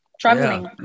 traveling